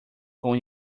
com